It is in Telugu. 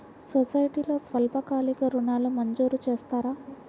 సొసైటీలో స్వల్పకాలిక ఋణాలు మంజూరు చేస్తారా?